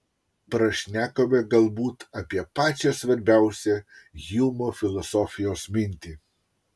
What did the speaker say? prašnekome galbūt apie pačią svarbiausią hjumo filosofijos mintį